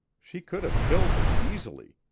she could have killed him easily.